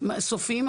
אפילו סופיים,